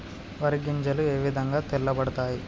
వరి గింజలు ఏ విధంగా తెల్ల పడతాయి?